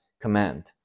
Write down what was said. command